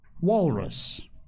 Walrus